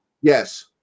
yes